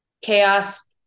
chaos